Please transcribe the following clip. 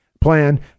plan